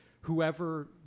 whoever